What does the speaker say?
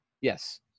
Yes